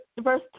verse